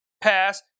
Pass